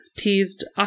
teased